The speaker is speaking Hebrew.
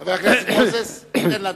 חבר הכנסת מוזס, שאלה נוספת.